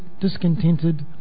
discontented